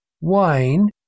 wine